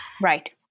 Right